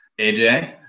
aj